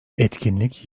etkinlik